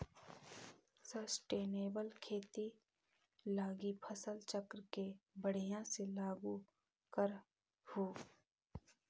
sustainable खेती लागी फसल चक्र के बढ़ियाँ से लागू करहूँ